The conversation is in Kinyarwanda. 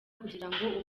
kugirango